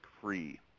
free